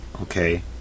Okay